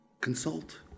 consult